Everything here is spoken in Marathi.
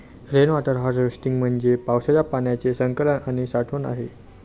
रेन वॉटर हार्वेस्टिंग म्हणजे पावसाच्या पाण्याचे संकलन आणि साठवण आहे